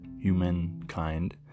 humankind